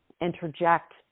interject